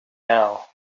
now